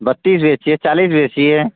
बत्तीस बेचिए चालीस बेचिए